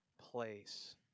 place